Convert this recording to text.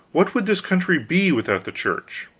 what would this country be without the church?